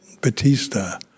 Batista